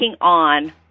on